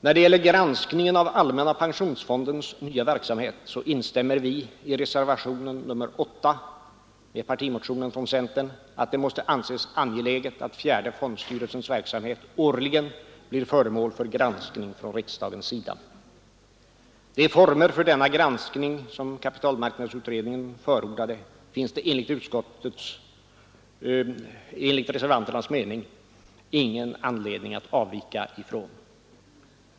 När det gäller granskningen av allmänna pensionsfondens nya verksamhet instämmer vi, i reservationen nr 8, med partimotionen från centern i att det måste anses angeläget att fjärde fondstyrelsens verksamhet årligen blir föremål för granskning från riksdagens sida. De former för denna granskning som kapitalmarknadsutredningen förordade finns det enligt reservanternas uppfattning ingen anledning att avvika från.